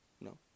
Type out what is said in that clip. No